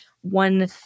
one